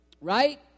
Right